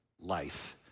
life